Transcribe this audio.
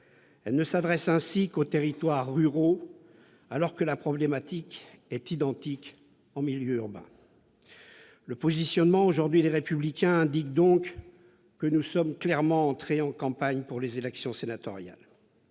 Elle ne s'adresse ainsi qu'aux territoires ruraux, alors que la problématique est identique en milieu urbain. Le positionnement adopté aujourd'hui par le groupe Les Républicains indique clairement que nous sommes entrés en campagne pour les élections sénatoriales.